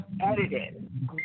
edited